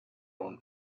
own